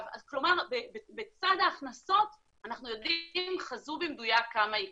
כלומר בצד ההכנסות אנחנו יודעים שחזו במדויק כמה ייכנס.